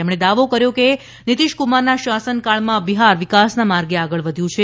તેમણે દાવો કર્યો હતો કે નીતિશકુમારના શાસનકાળમાં બિહાર વિકાસના માર્ગે આગળ વધ્યું છે